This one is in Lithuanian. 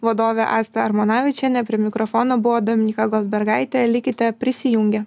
vadovė asta armonavičienė prie mikrofono buvo dominyka goldbergaitė likite prisijungę